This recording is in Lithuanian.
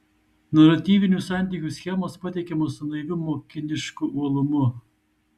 naratyvinių santykių schemos pateikiamos su naiviu mokinišku uolumu